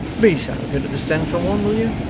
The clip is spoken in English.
be so good as send for one, will you